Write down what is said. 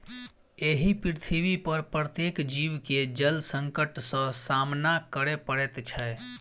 एहि पृथ्वीपर प्रत्येक जीव के जल संकट सॅ सामना करय पड़ैत छै